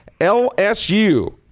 LSU